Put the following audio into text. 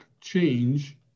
change